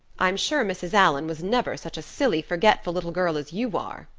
i'm sure mrs. allan was never such a silly, forgetful little girl as you are.